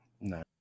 No